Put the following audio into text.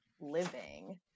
living